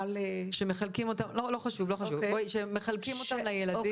שמחלקים אותם לילדים?